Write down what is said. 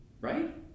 right